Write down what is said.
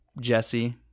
Jesse